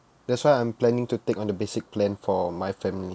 that's why I'm planning to take on the basic plan for my family